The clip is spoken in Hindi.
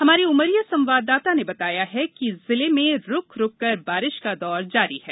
हमारे उमरिया संवाददाता ने बताया है कि जिले में रूक रूकर बारिश का दौर जारी है